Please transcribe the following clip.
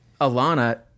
Alana